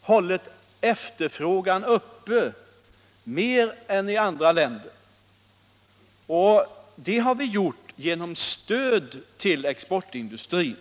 hållit efterfrågan uppe mer än i andra länder, och det har vi gjort genom stöd till exportindustrin.